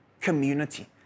community